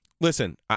listen